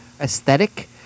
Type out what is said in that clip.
aesthetic